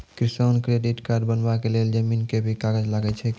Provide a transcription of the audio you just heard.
किसान credit card बनबा के लेल जमीन के भी कागज लागै छै कि?